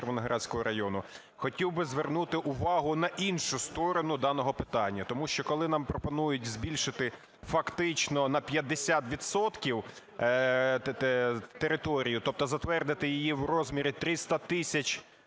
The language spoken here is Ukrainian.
Червоноградського району, хотів би звернути увагу на іншу сторону даного питання. Тому що, коли нам пропонують збільшити фактично на 50 відсотків територію, тобто затвердити її в розмірі 300 тисяч...